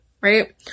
right